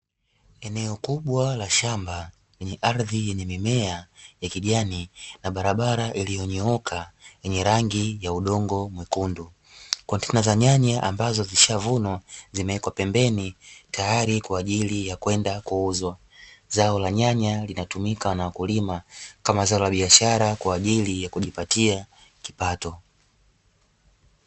Eneo kubwa la shamba lenye ardhi yenye mimea kijani na barabara iliyonyooka yenye rangi ya udongo mwekundu. Kontena za nyanya ambazo zimesha vunwa zimewekwa pembeni tayari kwa ajili ya kwenda kuuzwa. Zao la nyanya linatumika na wakulima kama zao la biashara kwa ajili ya kujipatia kipato.